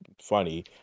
funny